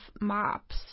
MOPs